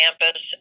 campus